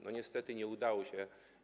Niestety nie udało się.